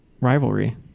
rivalry